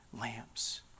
lamps